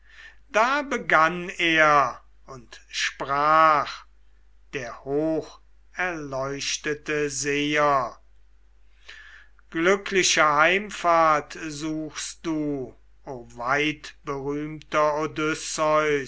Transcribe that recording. da begann er und sprach der hoch erleuchtete seher glückliche heimfahrt suchst du o weitberühmter